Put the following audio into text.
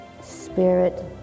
Spirit